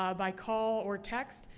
um by call or text.